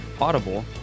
Audible